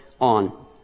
on